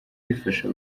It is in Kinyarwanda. rifasha